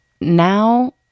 Now